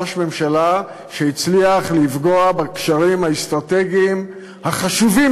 ראש ממשלה שהצליח לפגוע בקשרים האסטרטגיים החשובים